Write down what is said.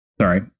Sorry